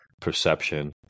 perception